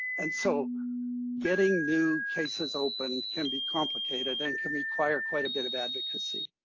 and so getting new cases opened can be complicated and can require quite a bit of advocacy.